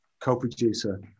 co-producer